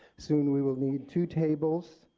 soon we will need two tables,